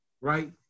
right